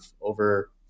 over